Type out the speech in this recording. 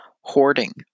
hoarding